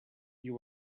you